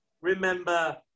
remember